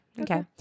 Okay